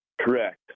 Correct